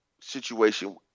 situation